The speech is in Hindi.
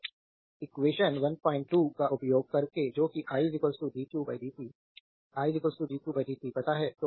तो एक्वेशन 12 का उपयोग करके जो कि i dq dt i dq dt पता है